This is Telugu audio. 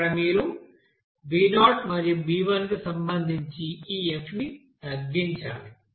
ఇక్కడ మీరు b0 మరియు b1 కి సంబంధించి ఈ F ని తగ్గించాలి